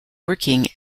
working